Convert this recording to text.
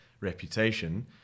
reputation